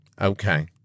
Okay